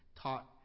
taught